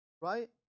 right